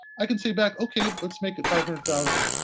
i can say back, okay, let's make it five hundred thousand.